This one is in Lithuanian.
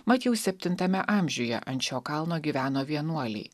mat jau septintame amžiuje ant šio kalno gyveno vienuoliai